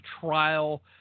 trial